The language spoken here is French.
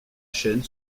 chaîne